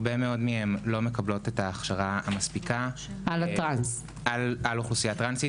הרבה מהם לא מקבלות את ההכשרה המספיקה על האוכלוסייה הטרנסית,